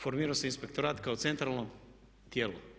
Formirao se inspektorat kao centralno tijelo.